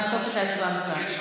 אנחנו נאסוף את ההצבעה מכאן.